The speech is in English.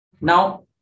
Now